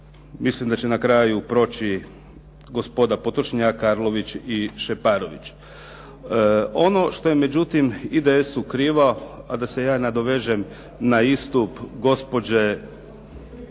Mislim da će na kraju proći gospoda Potočnja, Arlović i Šeparović. Ono što je međutim IDS-u krivo a da se ja nadovežem na istup gospođe